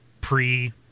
pre